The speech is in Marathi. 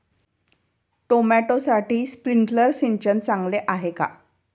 टोमॅटोसाठी स्प्रिंकलर सिंचन चांगले आहे का?